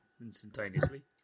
instantaneously